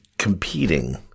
Competing